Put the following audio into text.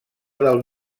del